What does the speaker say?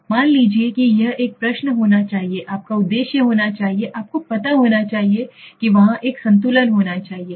मान लीजिए कि यह एक प्रश्न होना चाहिए आपका उद्देश्य होना चाहिए आपको पता होना चाहिए कि वहाँ एक संतुलन होना चाहिए